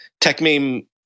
TechMeme